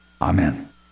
Amen